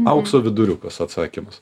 aukso viduriukas atsakymas